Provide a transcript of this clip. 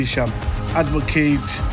advocate